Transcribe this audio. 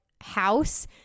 house